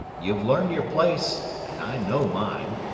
you've learned your place, and i know mine.